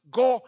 go